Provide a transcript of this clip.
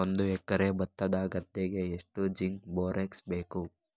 ಒಂದು ಎಕರೆ ಭತ್ತದ ಗದ್ದೆಗೆ ಎಷ್ಟು ಜಿಂಕ್ ಬೋರೆಕ್ಸ್ ಬೇಕು?